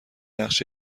نقش